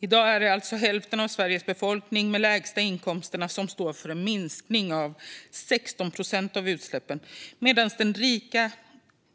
I dag är det alltså den hälft av Sveriges befolkning som har de lägsta inkomsterna som står för en minskning av 16 procent av utsläppen, medan den rikaste